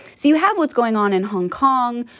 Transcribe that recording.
so you have what's going on in hong kong,